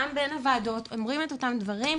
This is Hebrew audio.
גם בין הוועדות ואומרים את אותם דברים.